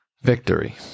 Victory